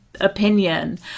opinion